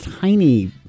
tiny